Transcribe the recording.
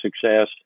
success